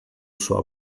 sua